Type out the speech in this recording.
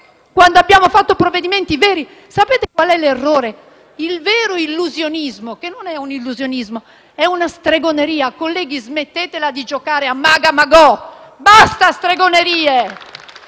quando abbiamo approvato provvedimenti veri. Sapete qual è l'errore? Il vero illusionismo - che poi è una stregoneria, colleghi, smettetela di giocare a Maga Magò, basta stregonerie!